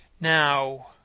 Now